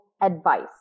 advice